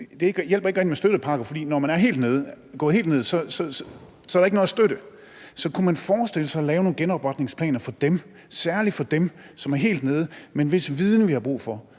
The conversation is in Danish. hjælper at give støttepakker, fordi når man er gået helt ned, er der ikke noget støtte. Så kunne man forestille sig at lave nogle genopretningsplaner for dem – særligt for dem, som er helt nede, men hvis viden vi har brug for,